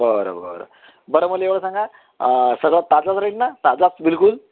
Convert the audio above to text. बरं बरं बरं मला एवढं सांगा सगळं ताजावर येईन ना ताजा बिलकुल